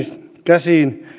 käsin